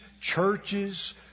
Churches